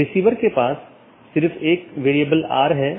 तो यह पूरी तरह से मेष कनेक्शन है